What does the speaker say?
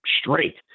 straight